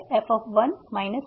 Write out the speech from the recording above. F 2